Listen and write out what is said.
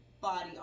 body